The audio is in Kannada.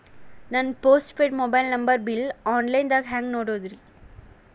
ನನ್ನ post paid mobile number bill, online ದಾಗ ಹ್ಯಾಂಗ್ ನೋಡೋದ್ರಿ?